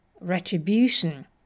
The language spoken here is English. retribution